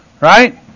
right